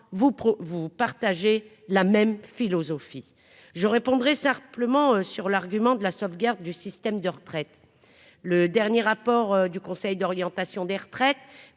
vous partagez la même philosophie, je répondrai ple ment sur l'argument de la sauvegarde du système de retraite, le dernier rapport du conseil d'orientation des retraites